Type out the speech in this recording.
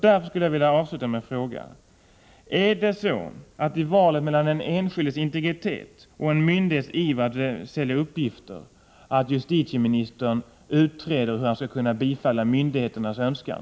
Därför skulle jag vilja avsluta med att fråga: Är det så att justitieministern i valet mellan att slå vakt om den enskildes integritet eller att tillmötesgå en myndighets iver att sälja uppgifter utreder hur han skall kunna bifalla myndigheternas önskan?